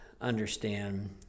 understand